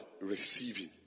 receiving